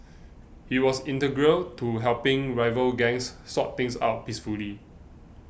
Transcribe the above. he was integral to helping rival gangs sort things out peacefully